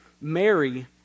Mary